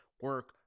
Work